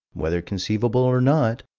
whether conceivable or not,